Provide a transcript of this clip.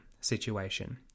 situation